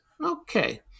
Okay